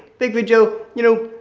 bigfoot joe, you know.